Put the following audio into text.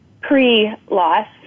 pre-loss